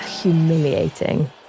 humiliating